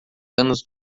anos